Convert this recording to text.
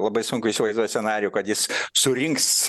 labai sunku įsivaizduot scenarijų kad jis surinks